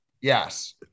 yes